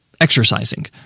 exercising